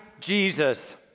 Jesus